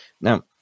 Now